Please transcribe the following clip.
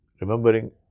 remembering